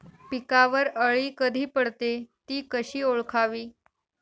पिकावर अळी कधी पडते, ति कशी ओळखावी?